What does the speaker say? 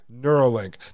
Neuralink